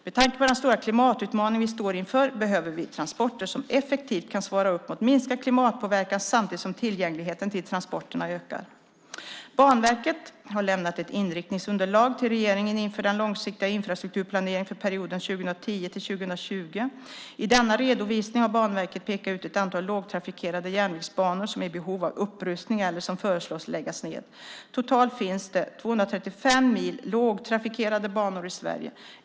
Med tanke på den stora klimatutmaning vi står inför behöver vi transporter som effektivt kan svara upp mot minskad klimatpåverkan samtidigt som tillgängligheten till transporterna ökar. Banverket har lämnat ett inriktningsunderlag till regeringen inför den långsiktiga infrastrukturplaneringen för perioden 2010-2020. I denna redovisning har Banverket pekat ut ett antal lågtrafikerade järnvägsbanor som är i behov av upprustning eller som föreslås läggas ned. Totalt finns det 235 mil lågtrafikerade banor i Sverige.